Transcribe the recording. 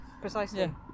precisely